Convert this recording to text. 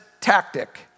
tactic